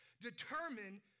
determine